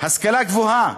השכלה גבוהה,